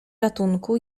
ratunku